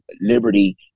liberty